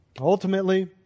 Ultimately